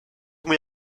muy